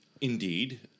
Indeed